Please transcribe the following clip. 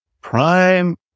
Prime